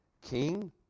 king